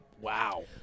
Wow